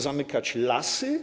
Zamykać lasy?